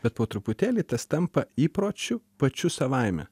bet po truputėlį tas tampa įpročiu pačiu savaime